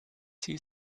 sie